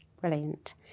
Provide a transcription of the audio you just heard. Brilliant